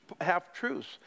half-truths